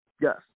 Yes